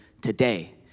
today